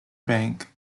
bank